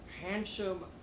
handsome